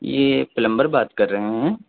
یہ پلمبر بات کر رہے ہیں